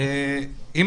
עדיין